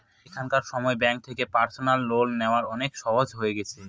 এখনকার সময় ব্যাঙ্ক থেকে পার্সোনাল লোন নেওয়া অনেক সহজ হয়ে গেছে